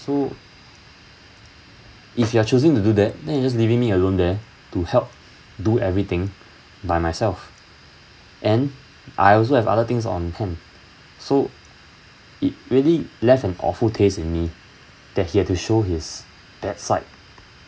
so if you are choosing to do that then you just leaving me alone there to help do everything by myself and I also have other things on hand so it really left an awful taste in me that he had to show his that side